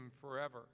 forever